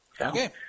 Okay